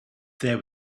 there